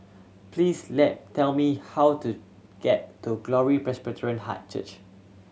please let tell me how to get to Glory Presbyterian Church